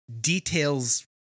details